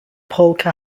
polka